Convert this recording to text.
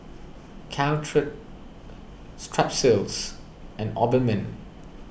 Caltrate Strepsils and Obimin